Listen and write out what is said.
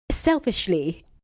Selfishly